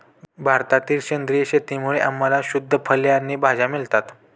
भारतातील सेंद्रिय शेतीमुळे आम्हाला शुद्ध फळे आणि भाज्या मिळतात